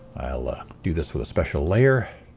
do this with special layer